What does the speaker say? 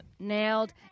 Nailed